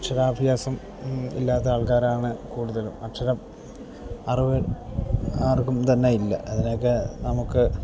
അക്ഷരാഭ്യാസം ഇല്ലാത്ത ആൾക്കാരാണ് കൂടുതലും അക്ഷരം അറിവ് ആർക്കും തന്നെ ഇല്ല അതിനൊക്കെ നമുക്ക്